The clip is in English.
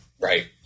Right